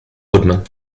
woodman